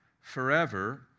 forever